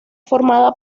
formada